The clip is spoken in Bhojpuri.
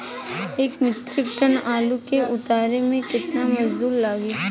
एक मित्रिक टन आलू के उतारे मे कितना मजदूर लागि?